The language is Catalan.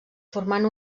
formant